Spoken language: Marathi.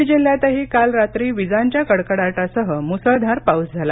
बीड जिल्ह्यातही काल रात्री विजांच्या कडकडाटासह मुसळधार पाऊस झाला